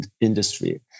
industry